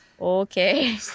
Okay